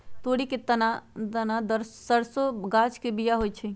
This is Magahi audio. तोरी के दना सरसों गाछ के बिया होइ छइ